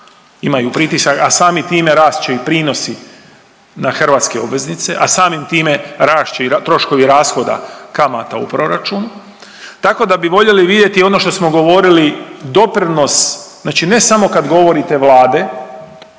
imaju pritisak, a samim time rast će i prinosi na hrvatske obveznice, a samim time rast će i troškovi rashoda kamata u proračunu. Tako da bi voljeli vidjeti ono što smo govorili doprinos, znači ne samo kad govorite vlade